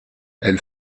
elle